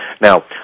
Now